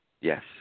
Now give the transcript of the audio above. Yes